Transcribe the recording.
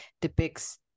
depicts